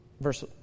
Verse